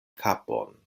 kapon